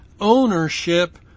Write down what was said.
ownership